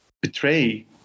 betray